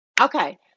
Okay